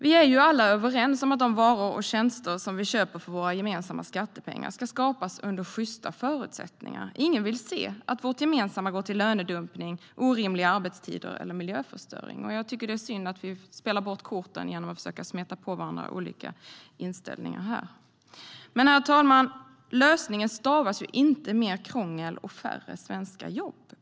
Vi är alla överens om att de varor och tjänster som vi köper för våra gemensamma skattepengar ska skapas under sjysta förutsättningar. Ingen vill se att våra gemensamma medel går till lönedumpning, orimliga arbetstider eller miljöförstöring. Jag tycker att det är synd att man spelar bort korten här genom att försöka smeta på varandra olika inställningar. Herr talman! Lösningen stavas inte mer krångel och färre svenska jobb.